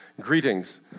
greetings